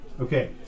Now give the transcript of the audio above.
Okay